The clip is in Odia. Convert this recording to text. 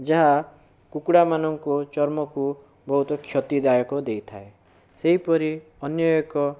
ଯାହା କୁକୁଡ଼ା ମାନଙ୍କୁ ଚର୍ମକୁ ବହୁତ କ୍ଷତିଦାୟକ ଦେଇଥାଏ ସେହିପରି ଅନ୍ୟ ଏକ